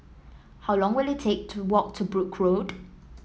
how long will it take to walk to Brooke Road